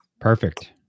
Perfect